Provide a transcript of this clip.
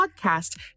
podcast